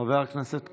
חבר הכנסת כסיף,